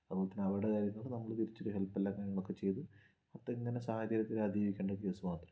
അതുപോലെ തന്നെ അവരുടെ കാര്യങ്ങൾക്ക് നമ്മള് തിരിച്ചും ഹെൽപ്പെല്ലാം നമ്മക്ക് ചെയ്ത് മൊത്ത ഇങ്ങനെ സാഹചര്യത്തിൽ അതിജീവിക്കണ്ട സ്വാതന്ത്ര്യം